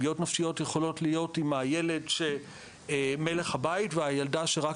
פגיעות נפשיות יכולות להיות עם הילד מלך הבית והילדה שרק